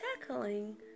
tackling